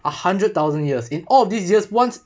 a hundred thousand years in all of these just once